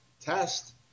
test